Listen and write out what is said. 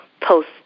post